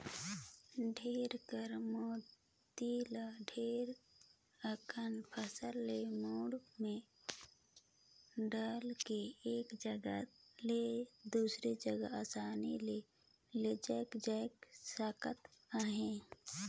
डोरा कर मदेत ले ढेरे अकन फसिल ल मुड़ी मे डोएह के एक जगहा ले दूसर जगहा असानी ले लेइजल जाए सकत अहे